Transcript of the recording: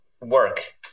work